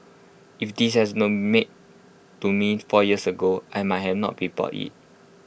if this has known made to me four years ago I might have not be bought IT